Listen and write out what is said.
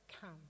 come